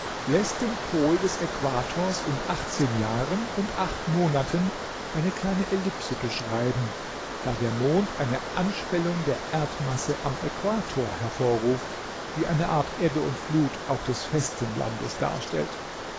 läßt den pol des äquators in jahren und monaten eine kleine ellipse beschreiben da der mond eine anschwellung der erdmasse am äquator hervorruft die eine art ebbe und flut auch des festen landes darstellt